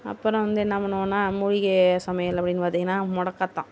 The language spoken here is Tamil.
அப்புறம் வந்து என்ன பண்ணுவோன்னால் மூலிகை சமையல் அப்படின்னு பார்த்திங்கன்னா முடக்கத்தான்